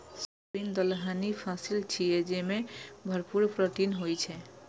soybean दलहनी फसिल छियै, जेमे भरपूर प्रोटीन होइ छै